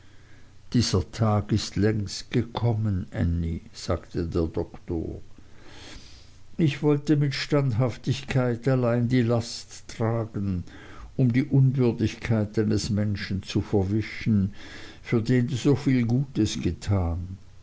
dieser tag ist längst gekommen ännie sagte der doktor ich wollte mit standhaftigkeit allein die last tragen um die unwürdigkeit eines menschen zu verwischen für den du so viel gutes getan